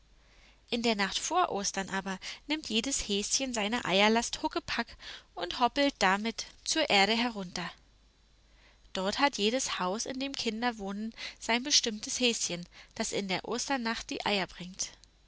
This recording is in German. in der nacht vor ostern aber nimmt jedes häschen seine eierlast huckepack und hoppelt damit zur erde herunter dort hat jedes haus in dem kinder wohnen sein bestimmtes häschen das in der osternacht die eier bringt